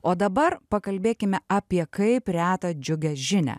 o dabar pakalbėkime apie kaip reta džiugią žinią